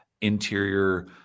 interior